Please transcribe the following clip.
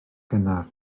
gynnar